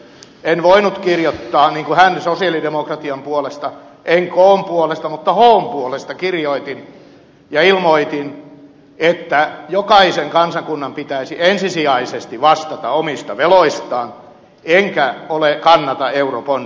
en voinut kirjoittaa niin kuin hän sosialidemokratian puolesta en kn puolesta mutta hn puolesta kirjoitin ja ilmoitin että jokaisen kansakunnan pitäisi ensisijaisesti vastata omista veloistaan enkä kannata eurobondien käyttöönottoa